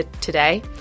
today